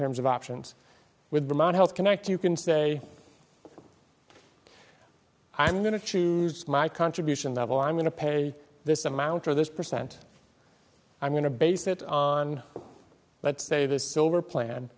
terms of options with them on health connect you can say i'm going to choose my contribution level i'm going to pay this amount or this percent i'm going to base it on let's say the silver plan